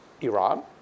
Iran